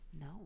No